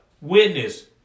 witness